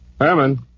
Herman